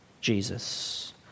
Jesus